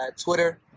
Twitter